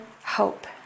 hope